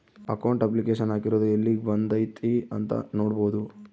account application ಹಾಕಿರೊದು ಯೆಲ್ಲಿಗ್ ಬಂದೈತೀ ಅಂತ ನೋಡ್ಬೊದು